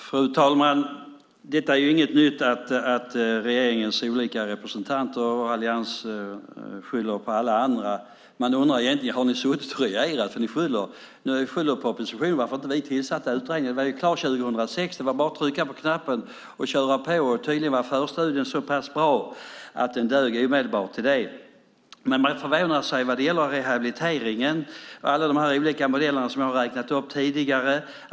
Fru talman! Det är inget nytt att regeringens olika representanter och Alliansen och skyller på alla andra. Man undrar om det är ni som har suttit och regerat, för ni skyller på oppositionen och ifrågasätter varför vi inte tillsatte utredningen. Den var klar 2006. Det var bara att trycka på knappen och köra på, och tydligen var förstudien så pass bra att den dög omedelbart till det. Jag förvånar mig över rehabiliteringen och alla de här olika modellerna som jag har räknat upp tidigare.